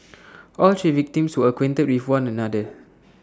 all three victims were acquainted with one another